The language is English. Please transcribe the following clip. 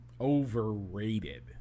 Overrated